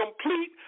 complete